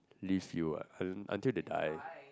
leave you ah un~ until they die